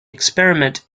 experiment